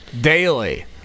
daily